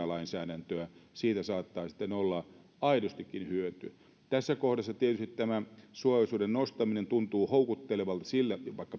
lainsäädäntöä siitä saattaa olla aidostikin hyötyä tässä kohdassa tietysti tämä suojaosuuden nostaminen tuntuu houkuttelevalta